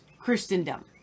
Christendom